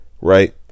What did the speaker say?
right